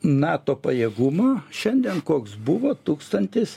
nato pajėgumo šiandien koks buvo tūkstantis